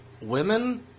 women